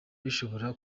bishobora